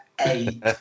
eight